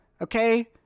Okay